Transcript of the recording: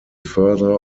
further